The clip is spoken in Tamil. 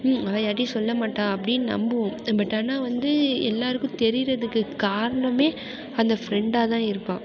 அவள் யார்கிட்டயும் சொல்ல மாட்டாள் அப்படின்னு நம்புவோம் பட் ஆனால் வந்து எல்லாேருக்கும் தெரிகிறதுக்கு காரணமே அந்த ஃப்ரெண்டாகதான் இருப்பான்